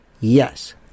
Yes